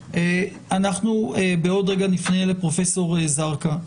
בעוד רגע נפנה לפרופסור זרקא.